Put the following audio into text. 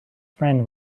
friend